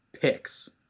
picks